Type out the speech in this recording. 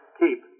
keep